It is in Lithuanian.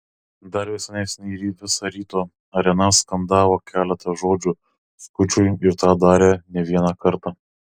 dar visai nesenai visa ryto arena skandavo keletą žodžių skučui ir tą darė ne vieną kartą